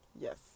Yes